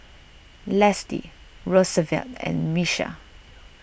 Lesley Rosevelt and Miesha